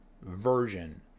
version